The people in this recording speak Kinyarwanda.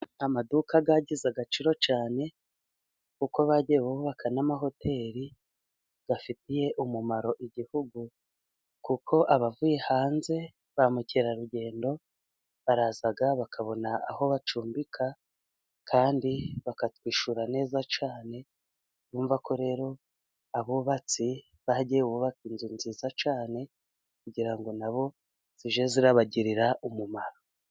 Amaduka yagize agaciro cyane, kuko bagiye bubaka n'amahoteli afitiye umumaro Igihugu kuko abavuye hanze, ba mukerarugendo baraza bakabona aho bacumbika, kandi bakatwishura neza cyane. Urumva ko rero abubatsi bagiye bubaka inzu nziza cyane kugira ngo nabo zijye zibagirira umumaro.